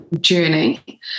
journey